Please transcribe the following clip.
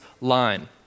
line